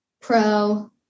pro